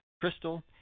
crystal